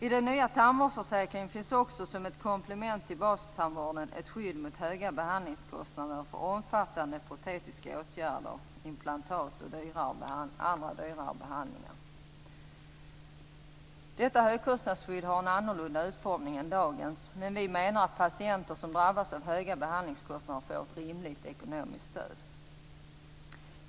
I den nya tandvårdsförsäkringen finns också, som ett komplement till bastandvården, ett skydd mot höga behandlingskostnader för omfattande protetiska åtgärder som implantat och andra dyrare behandlingar. Detta högkostnadsskydd har en annorlunda utformning än dagens, men vi menar att patienter som drabbas av höga behandlingskostnader får ett rimligt ekonomiskt stöd.